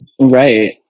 Right